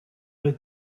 oedd